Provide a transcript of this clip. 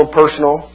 personal